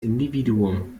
individuum